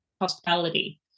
hospitality